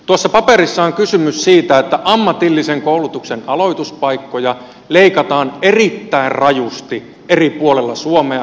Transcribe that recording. tuossa paperissa on kysymys siitä että ammatillisen koulutuksen aloituspaikkoja leikataan erittäin rajusti eri puolilla suomea